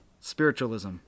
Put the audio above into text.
Spiritualism